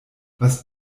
was